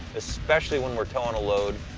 especially when we're towing a load.